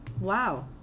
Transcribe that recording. Wow